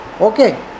Okay